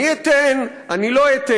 אני אתן, אני לא אתן.